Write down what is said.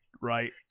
right